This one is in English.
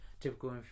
typical